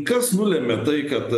kas nulemia tai kad